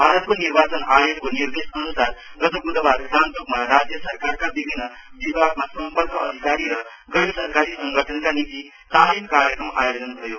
भारतको निवार्चन आयोगको निर्देशक अनुसार गत बुधवार गान्तोकमा राज्य सरकारका विभिन्न विभागका सम्पर्क अधिकारी र गैर सरकारी संगठनका निम्ति तालिम कार्यक्रम आयोजित भयो